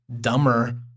dumber